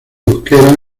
euskera